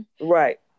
Right